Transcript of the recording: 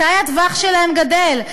מתי הטווח שלהם גדל,